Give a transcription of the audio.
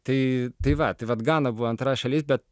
tai tai va tai vat gana buvo antra šalis bet